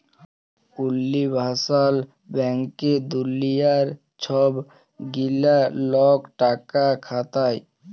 universal ব্যাংকে দুলিয়ার ছব গিলা লক টাকা খাটায়